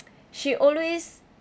she always